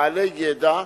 בעלי ידע,